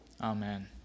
Amen